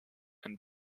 and